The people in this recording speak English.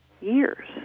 years